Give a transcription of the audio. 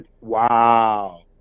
Wow